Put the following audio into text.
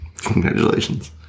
Congratulations